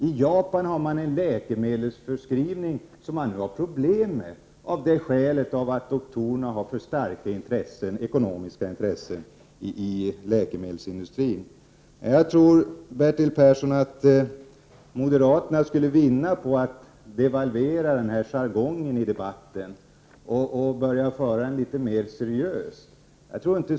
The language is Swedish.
I Japan har man problem med läkemedelsförskrivning, av det skälet att doktorerna har för starka ekonomiska intressen i läkemedelsindustrin. Moderaterna skulle vinna på att devalvera denna jargong i debatten och börja föra den litet mer seriöst.